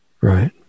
Right